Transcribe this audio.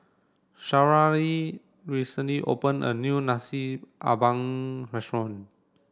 Sharyl recently opened a new Nasi Ambeng restaurant